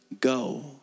Go